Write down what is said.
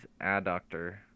adductor